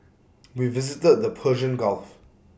we visited the Persian gulf